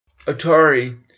Atari